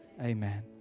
amen